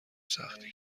سختی